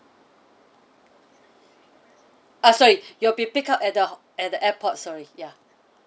ah sorry you'll be picked up at the ho~ at the airport sorry ya